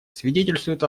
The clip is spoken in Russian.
свидетельствуют